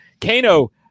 Kano